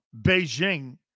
Beijing